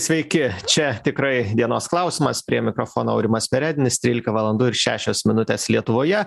sveiki čia tikrai dienos klausimas prie mikrofono aurimas perednis trylika valandų ir šešios minutės lietuvoje